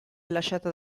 lasciata